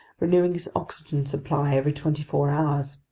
renewing his oxygen supply every twenty-four hours?